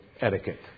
etiquette